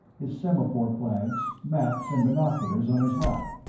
his semaphore flags, maps and binoculars on his lap.